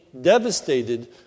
devastated